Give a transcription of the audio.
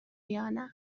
یانه